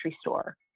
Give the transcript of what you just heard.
store